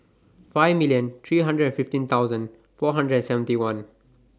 five million three hundred and fifteen thousand four hundred and seventy one